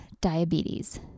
diabetes